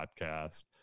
podcast